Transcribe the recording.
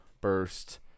burst